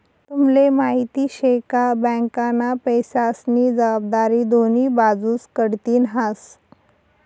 तुम्हले माहिती शे का? बँकना पैसास्नी जबाबदारी दोन्ही बाजूस कडथीन हास